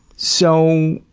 so